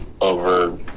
over